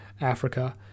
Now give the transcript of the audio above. Africa